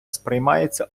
сприймається